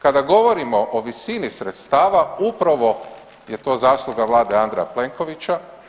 Kada govorimo o visini sredstava upravo je to zasluga vlade Andreja Plenkovića.